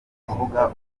kuvuga